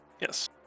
Yes